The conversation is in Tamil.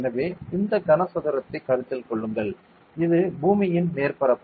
எனவே இந்த கனசதுரத்தை கருத்தில் கொள்ளுங்கள் இது பூமியின் மேற்பரப்பு